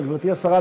גברתי השרה,